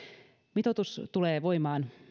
mitoitus tulee voimaan